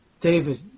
David